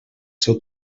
seu